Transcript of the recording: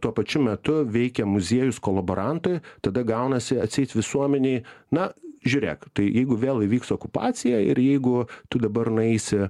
tuo pačiu metu veikia muziejus kolaborantui tada gaunasi atseit visuomenei na žiūrėk tai jeigu vėl įvyks okupacija ir jeigu tu dabar nueisi